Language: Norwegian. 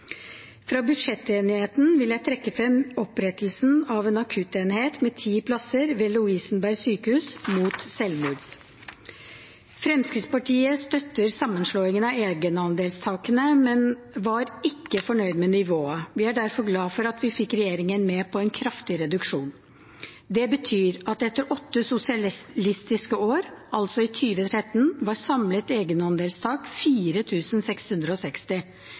Fra budsjettenigheten vil jeg trekke frem opprettelsen av en akuttenhet mot selvmord med ti plasser ved Lovisenberg sykehus. Fremskrittspartiet støtter sammenslåingen av egenandelstakene, men var ikke fornøyd med nivået. Vi er derfor glad for at vi fikk regjeringen med på en kraftig reduksjon. Etter åtte sosialistiske år, altså i 2013, var samlet egenandelstak